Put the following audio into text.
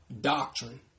doctrine